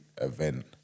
event